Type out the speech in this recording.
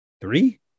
three